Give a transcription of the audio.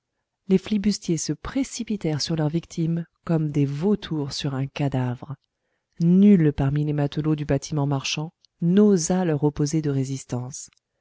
les flibustiers se précipitèrent sur leur victime comme des vautours sur un cadavre nul parmi les matelots du bâtiment marchand n'osa leur opposer de résistance